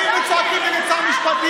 באים וצועקים נגד שר המשפטים.